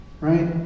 Right